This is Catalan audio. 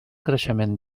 creixement